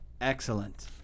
Excellent